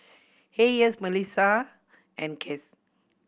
Hayes Malissa and Cass